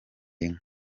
inka